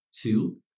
two